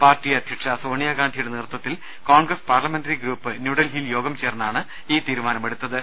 party അധ്യക്ഷ സോണിയാഗാന്ധിയുടെ നേതൃ ത്വത്തിൽ കോൺഗ്രസ് പാർലമെന്ററി ഗ്രൂപ്പ് ന്യൂഡൽഹിയിൽ യോഗം ചേർന്നാണ് ഈ തീരുമാനമെടുത്തത്